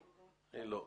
לא.